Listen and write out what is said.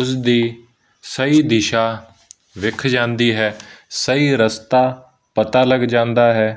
ਉਸ ਦੀ ਸਹੀ ਦਿਸ਼ਾ ਵਿਖ ਜਾਂਦੀ ਹੈ ਸਹੀ ਰਸਤਾ ਪਤਾ ਲੱਗ ਜਾਂਦਾ ਹੈ